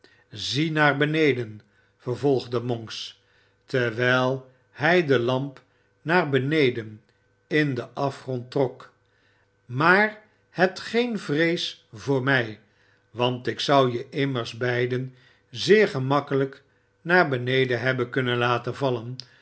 ziet naar beneden vervolgde monks terwijl hij de lamp naar beneden in den afgrond trok maar hebt geen vrees voor mij want ik zou je immers beiden zeer gemakkelijk naar beneden hebben kunnen laten vallen